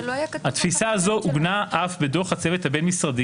תפיסה זו אף עוגנה בדוח הצוות הבין-משרדי